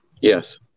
Yes